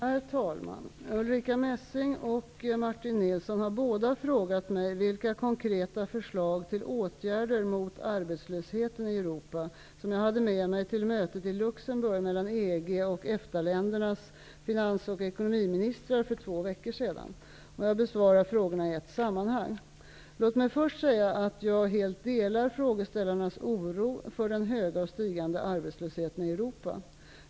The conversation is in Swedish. Herr talman! Ulrica Messing och Martin Nilsson har båda frågat mig vilka konkreta förslag till åtgärder mot arbetslösheten i Europa som jag hade med mig till mötet i Luxemburg mellan EG och EFTA-ländernas finans och ekonomiministrar för två veckor sedan. Jag besvarar frågorna i ett sammanhang. Låt mig först säga att jag helt delar frågeställarnas oro för den höga och stigande arbetslösheten i Europa.